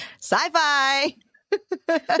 Sci-fi